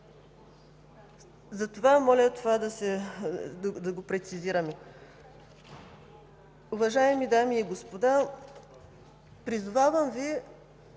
Затова моля то да се прецизира. Уважаеми дами и господа, призовавам Ви